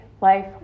life